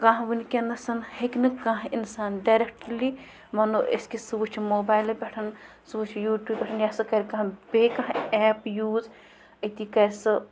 کانٛہہ وٕنکٮ۪نَس ہیٚکہِ نہٕ کانٛہہ اِنسان ڈٮ۪رٮ۪کٹلی وَنو أسۍ کہِ سُہ وٕچھٕ موبایلہٕ پٮ۪ٹھ سُہ وٕچھٕ یوٗٹیوٗب پٮ۪ٹھ یا سُہ کَرِ کانٛہہ بیٚیہِ کانٛہہ ایپ یوٗز أتی کَرِ سُہ